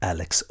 Alex